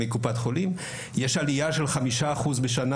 יש עלייה של 5% בשנה,